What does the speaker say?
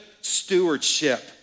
stewardship